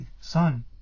Son